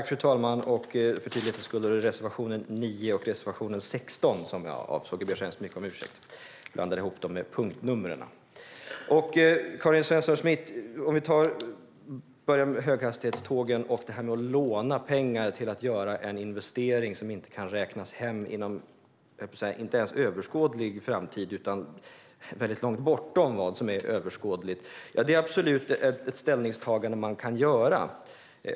Fru talman! För tydlighetens skull ska jag säga att jag yrkar bifall till reservationerna 9 och 16. Karin Svensson Smith, låt mig börja med höghastighetstågen och detta med att låna pengar för att göra en investering som inte kan räknas hem ens inom överskådlig framtid utan först väldigt långt bortom vad som är överskådligt. Ja, det är absolut ett ställningstagande man kan göra.